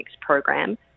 program